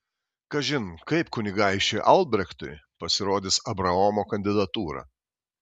kažin kaip kunigaikščiui albrechtui pasirodys abraomo kandidatūra